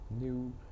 new